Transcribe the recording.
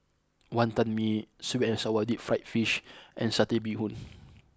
Wonton Mee Sweet and Sour Deep Fried Fish and Satay Bee Hoon